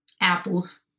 apples